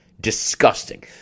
disgusting